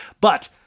But-